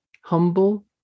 humble